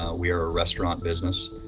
ah we are a restaurant business.